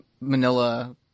manila